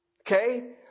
Okay